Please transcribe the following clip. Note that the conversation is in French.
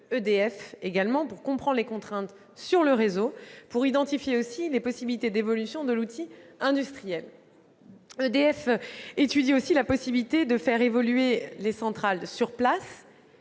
EDF pour comprendre les contraintes sur le réseau et identifier les possibilités d'évolution de l'outil industriel. EDF étudie par ailleurs la possibilité de faire évoluer les centrales sur place.